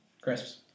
Crisps